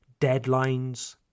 deadlines